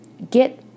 get